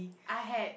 I had